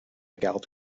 garde